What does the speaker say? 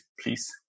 please